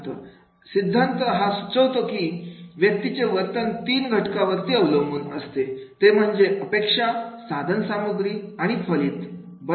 अपेक्षा सिद्धांत सुचवतो कि व्यक्तीचे वर्तन तीन घटका वरती अवलंबून असते ते म्हणजे अपेक्षा साधन सामग्री आणि फलित बरोबर